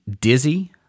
dizzy